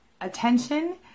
attention